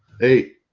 Eight